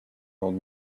old